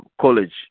college